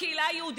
בקהילה היהודית,